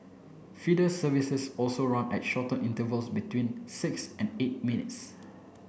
feeder services also run at shorter intervals between six and eight minutes